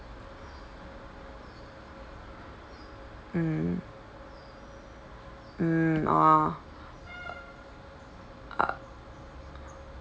mm mm ah